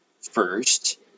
first